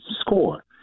score